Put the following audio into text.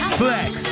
flex